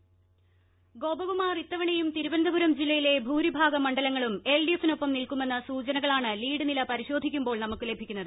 Thiruvananthapuram voice Gopakumar ഇത്തവണയും തിരുവനന്തപുരം ജില്ലയിലെ ഭൂരിഭാഗ മണ്ഡലങ്ങളും എൽ ഡി എഫിനൊപ്പം നിൽക്കുമെന്ന സൂചനകളാണ് ലീഡ് നില പരിശോധിക്കുമ്പോൾ ലഭിക്കുന്നത്